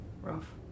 rough